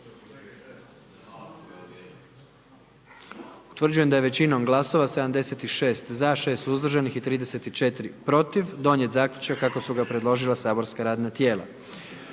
Utvrđujem da je većinom glasova 78 za i 1 suzdržan i 20 protiv donijet zaključak kako ga je predložilo matično saborsko radno tijelo.